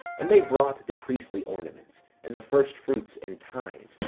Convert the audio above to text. and they brought the priestly ornaments, and the first fruits and tithes,